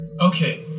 Okay